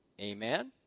Amen